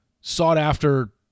sought-after